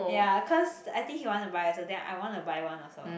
ya cause I think he want to buy also then I want to buy one also